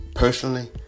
Personally